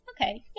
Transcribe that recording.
okay